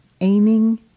aiming